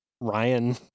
Ryan